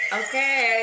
okay